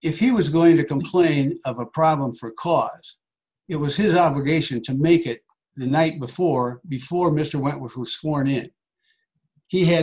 if he was going to complain of a problem for cause it was his obligation to make it the night before before mr wentworth